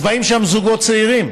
אז באים לשם זוגות צעירים.